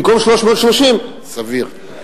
במקום 330, סביר.